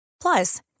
Plus